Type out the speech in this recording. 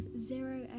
zero